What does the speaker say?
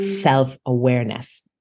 self-awareness